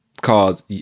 called